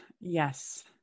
Yes